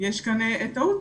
יש כאן טעות.